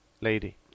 lady